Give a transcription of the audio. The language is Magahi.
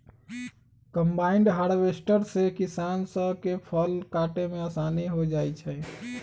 कंबाइन हार्वेस्टर से किसान स के फसल काटे में आसानी हो जाई छई